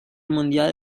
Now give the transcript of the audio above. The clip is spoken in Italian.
mondiale